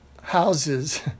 houses